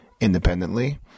independently